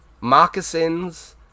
moccasins